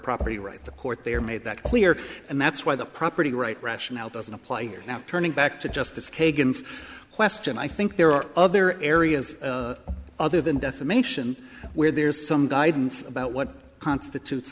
property right the court there made that clear and that's why the property rights rationale doesn't apply here now turning back to justice kagan's question i think there are other areas other than defamation where there is some guidance about what constitutes